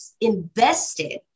invested